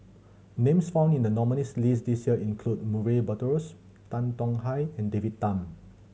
names found in the nominees' list this year include Murray Buttrose Tan Tong Hye and David Tham